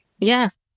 Yes